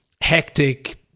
hectic